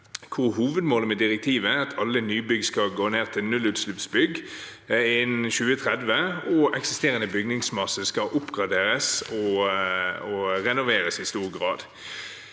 hovedmålet med direktivet er at alle nybygg skal gå ned til nullutslippsbygg innen 2030 og eksisterende bygningsmasse skal oppgraderes og renoveres i stor grad.